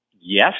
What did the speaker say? Yes